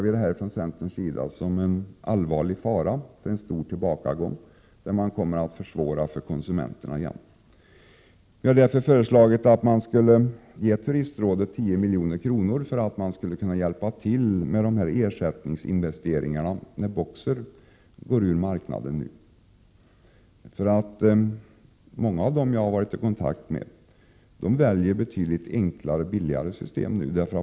Vi från centern betraktar det som en allvarlig risk för en stor tillbakagång med försvåringar för konsumenterna som följd. Vi har därför föreslagit att man skulle ge Turistrådet 10 milj.kr. som hjälp till ersättningsinvesteringar när BOKSER går ur marknaden. Många av dem som jag har varit i kontakt med väljer nu betydligt enklare och billigare system.